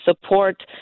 support